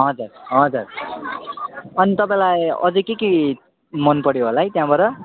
हजुर हजुर अनि तपाईँलाई अझै के के मन पऱ्यो होला है त्यहाँबाट